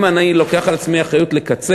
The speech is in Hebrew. אם אני לוקח על עצמי אחריות לקצץ,